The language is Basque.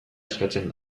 eskatzen